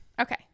Okay